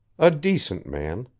a decent man.